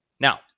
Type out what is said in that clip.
now